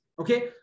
okay